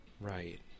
right